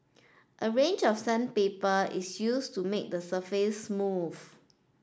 a range of sandpaper is used to make the surface smooth